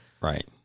Right